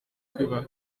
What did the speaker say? kwiba